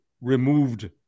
removed